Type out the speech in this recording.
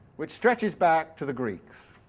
which stretches back to the greeks.